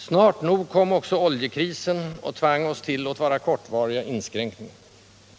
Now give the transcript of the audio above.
Snart nog kom också oljekrisen och tvang oss till — låt vara kortvariga — inskränkningar.